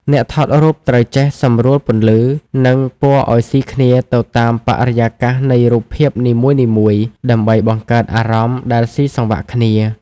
អ្នកថតរូបត្រូវចេះសម្រួលពន្លឺ និងពណ៌ឱ្យស៊ីគ្នាទៅតាមបរិយាកាសនៃរូបភាពនីមួយៗ ដើម្បីបង្កើតអារម្មណ៍ដែលស៊ីសង្វាក់គ្នា។